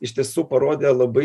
iš tiesų parodė labai